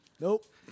Nope